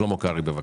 שלמה קרעי, בבקשה.